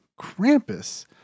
Krampus